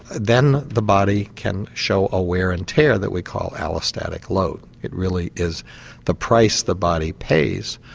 then the body can show a wear and tear that we call allostatic load, it really is the price the body pays.